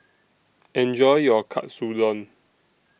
Enjoy your Katsudon